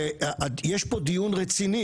כבר הבנו שאנחנו לא באירוע,